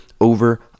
over